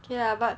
K lah but